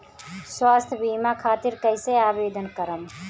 स्वास्थ्य बीमा खातिर कईसे आवेदन करम?